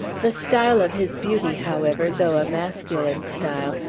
the style of his beauty, however, though a masculine style,